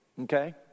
Okay